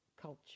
culture